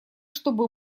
чтобы